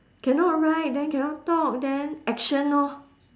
cannot write then cannot talk then action orh